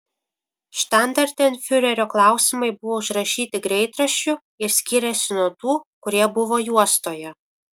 štandartenfiurerio klausimai buvo užrašyti greitraščiu ir skyrėsi nuo tų kurie buvo juostoje